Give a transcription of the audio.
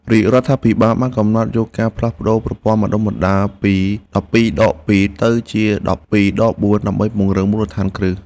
រាជរដ្ឋាភិបាលបានកំណត់យកការផ្លាស់ប្តូរប្រព័ន្ធបណ្តុះបណ្តាលពីដប់ពីរដកពីរទៅជាដប់ពីរដកបួនដើម្បីពង្រឹងមូលដ្ឋានគ្រឹះ។